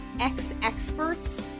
X-Experts